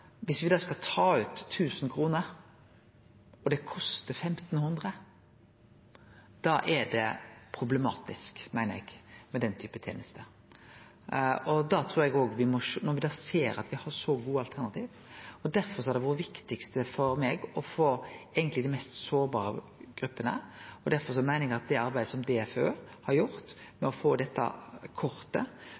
viss me da skal ta ut 1 000 kr og det kostar 1 500 kr, er det problematisk, meiner eg, med den typen tenester, når me ser at me har så gode alternativ. Derfor har dei mest sårbare gruppene eigentleg vore viktigast for meg, og derfor meiner eg at det arbeidet som DFØ i samarbeid med Nav og Husbanken har gjort med å få til dette